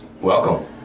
Welcome